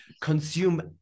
consume